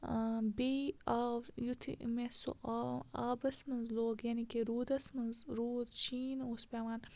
بیٚیہِ آو یُتھُے مےٚ سُہ آو آبَس منٛز لوگ یعنی کہِ روٗدَس منٛز روٗد شیٖن اوس پٮ۪وان